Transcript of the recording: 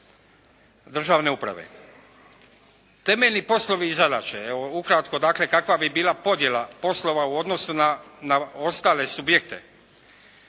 državne uprave. Temeljni poslovi i zadaće. Evo ukratko dakle kakva bi bila podjela poslova u odnosu na ostale subjekte.